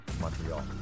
Montreal